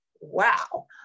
wow